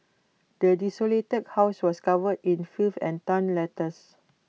the desolated house was covered in filth and torn letters